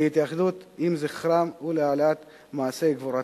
להתייחדות עם זכרם ולהעלאת מעשי גבורתם",